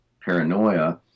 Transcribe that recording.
paranoia